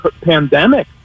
pandemic